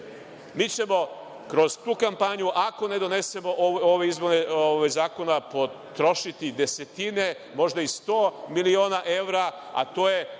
ćemo kroz tu kampanju, ako ne donesemo ove izmene zakona, potrošiti desetine, a možda i 100 miliona evra, a to je